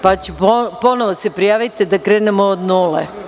Ponovo se prijavite, da krenemo od nule.